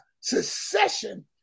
Secession